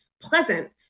pleasant